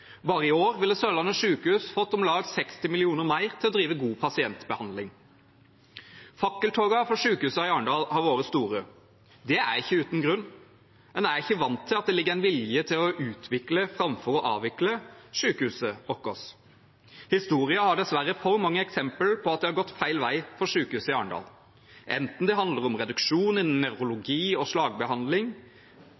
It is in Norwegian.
Bare i år ville Sørlandet sykehus fått om lag 60 mill. kr mer til å drive god pasientbehandling. Fakkeltogene for sykehuset i Arendal har vært store. Det er ikke uten grunn. En er ikke vant til at det ligger en vilje til å utvikle – framfor å avvikle – sykehuset vårt. Historien har dessverre for mange eksempler på at det har gått feil vei for sykehuset i Arendal, enten det handler om reduksjon innen